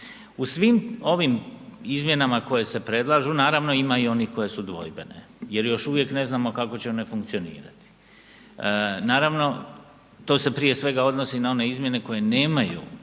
U svim ovim izmjenama koje se predlažu naravno ima i onih koje su dvojbene jer još uvijek ne znamo kako će one funkcionirati. Naravno, to se prije svega odnosi na one izmjene koje nemaju